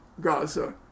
Gaza